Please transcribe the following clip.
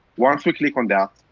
once we click on that,